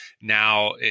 Now